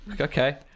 okay